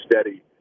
steady